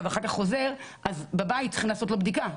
ואחר כך חוזר - בבית צריך לעשות לו בדיקה.